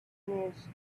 news